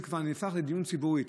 זה כבר נהפך לדיון ציבורי.